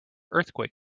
earthquake